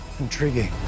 intriguing